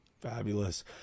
Fabulous